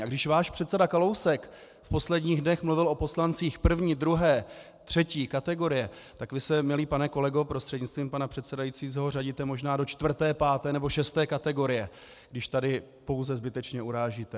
A když váš předseda Kalousek v posledních dnech mluvil o poslancích první, druhé, třetí kategorie, tak vy se, milý pane kolego prostřednictvím pana předsedajícího, řadíte možná do čtvrté, páté nebo šesté kategorie, když tady pouze zbytečně urážíte.